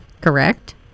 correct